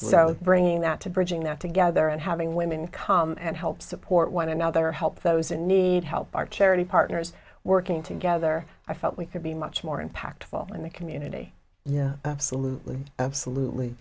so bringing that to bridging that together and having women come and help support one another help those in need help our charity partners working together i felt we could be much more impactful in the community yeah absolutely absolutely